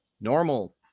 normal